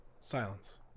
Silence